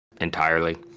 entirely